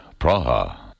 Praha